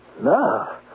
Love